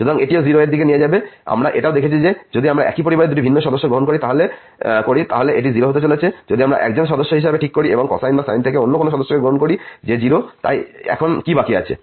সুতরাং এটিও 0 এর দিকে নিয়ে যাবে আমরা এটাও দেখেছি যে যদি আমরা একই পরিবার থেকে দুটি ভিন্ন সদস্য গ্রহণ করি তাহলে এটি 0 হতে চলেছে যদি আমরা 1 জনকে সদস্য হিসাবে ঠিক করি এবং কোসাইন বা সাইন থেকে অন্য কোন সদস্যকে গ্রহণ করি যে 0 তাই এখন কি বাকি আছে